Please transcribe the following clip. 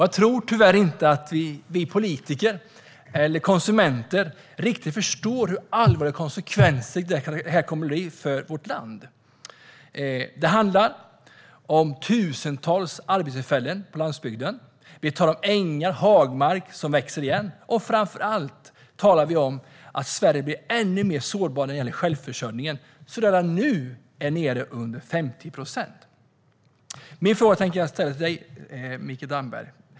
Jag tror tyvärr inte att vi politiker eller konsumenter riktigt förstår hur allvarliga konsekvenser det här kommer att få för vårt land. Det handlar om tusentals arbetstillfällen på landsbygden. Vi talar om ängar och hagmarker som växer igen. Framför allt talar vi om att Sverige blir ännu mer sårbart när det gäller självförsörjningen, som redan nu är nere under 50 procent. Min fråga tänker jag ställa till dig, Mikael Damberg.